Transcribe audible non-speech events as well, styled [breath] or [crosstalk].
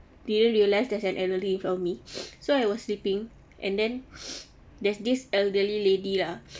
didn't realize there's an elderly in front of me [breath] so I was sleeping and then [breath] there's this elderly lady lah